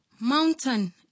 Mountain